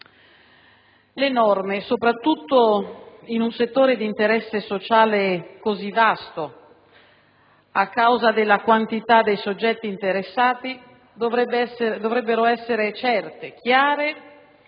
Le norme, soprattutto in un settore d'interesse sociale così vasto a causa della quantità dei soggetti interessati, dovrebbero essere certe, chiare e